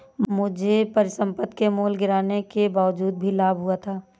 मुझे परिसंपत्ति के मूल्य गिरने के बावजूद भी लाभ हुआ था